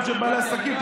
גם של בעלי עסקים.